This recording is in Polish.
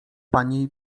pani